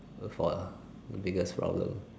for the biggest problem